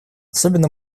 особенно